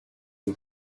you